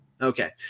Okay